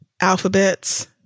Alphabets